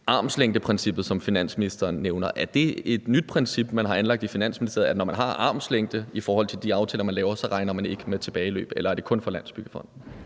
armslængdeprincippet, som finansministeren nævner, et det så et nyt princip, man har anlagt i Finansministeriet, at når man holder armslængde i forhold til de aftaler, man laver, regner man ikke med tilbageløb, eller gælder det kun for Landsbyggefonden?